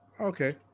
Okay